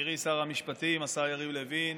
יקירי שר המשפטים השר יריב לוין,